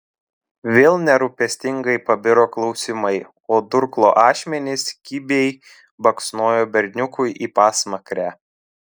vėl nerūpestingai pabiro klausimai o durklo ašmenys kibiai baksnojo berniukui į pasmakrę